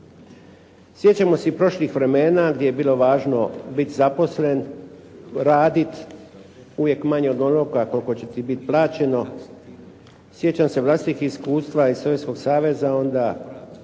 Sjećamo se i prošlih vremena gdje je bilo važno biti zaposlen, raditi, uvijek manje od onoga koliko će ti biti plaćeno. Sjećam se vlastitih iskustva iz Sovjetskog saveza onda,